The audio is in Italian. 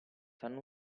sanno